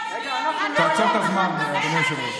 תעצור את הזמן, אדוני היושב-ראש?